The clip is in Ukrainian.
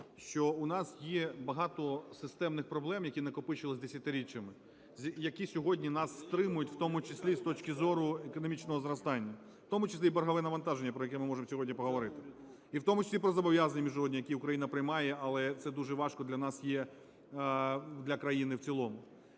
що у нас є багато системних проблем, які накопичувались десятиріччями, які сьогодні нас стримують, в тому числі з точки зору економічного зростання, в тому числі і боргове навантаження, про яке ми можемо сьогодні поговорити, і в тому числі про зобов'язання міжнародні, які Україна приймає, але це дуже важко для нас є, для країни в цілому.